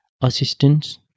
assistance